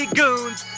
goons